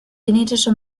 genetische